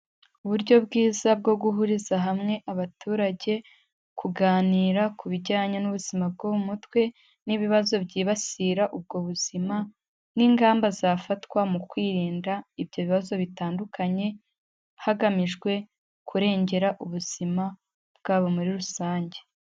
Uburyo bwiza bwo guhuriza hamwe abaturage, kuganira ku bijyanye n'ubuzima bwo mu mutwe n'ibibazo byibasira ubwo buzima n'ingamba zafatwa mu kwirinda ibyo bibazo bitandukanye, hagamijwe kurengera ubuzima bwabo muri rusange.